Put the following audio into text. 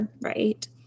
Right